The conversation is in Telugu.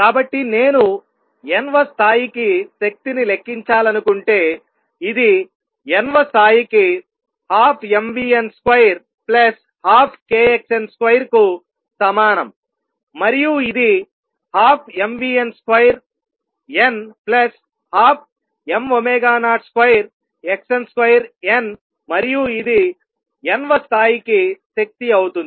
కాబట్టి నేను n వ స్థాయికి శక్తిని లెక్కించాలనుకుంటే ఇది n వ స్థాయికి 12mvn2 12kxn2 కు సమానం మరియు ఇది 12mvnn2 12m02xnn2 మరియు ఇది n వ స్థాయికి శక్తి అవుతుంది